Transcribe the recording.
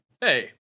hey